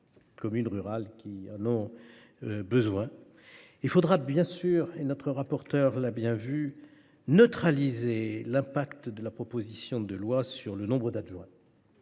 communes rurales, qui en ont besoin. Il faudra bien sûr – notre rapporteure l’a bien vu – neutraliser les effets de cette proposition de loi sur le nombre d’adjoints.